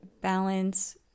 balance